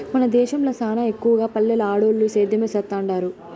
మన దేశంల సానా ఎక్కవగా పల్లెల్ల ఆడోల్లు సేద్యమే సేత్తండారు